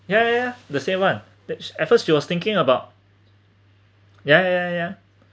ya ya ya the same one th~ at first she was thinking about ya ya ya